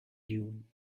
dune